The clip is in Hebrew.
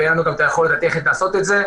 כפי שהממשלה הנחתה, כך אנחנו פועלים.